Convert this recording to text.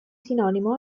sinonimo